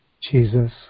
Jesus